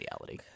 reality